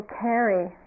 carry